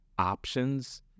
options